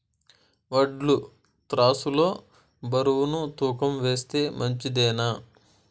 వడ్లు త్రాసు లో బరువును తూకం వేస్తే మంచిదేనా?